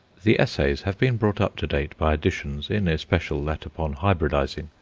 the essays have been brought up to date by additions in especial that upon hybridizing,